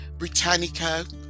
Britannica